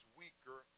weaker